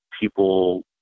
people